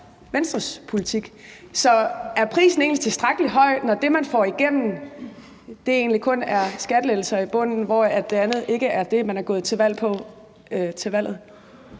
Venstres politik. Så er prisen egentlig tilstrækkelig høj, når det, man får igennem, kun er skattelettelser i bunden, hvor det andet ikke er det, man er gået til folketingsvalg